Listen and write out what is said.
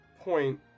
point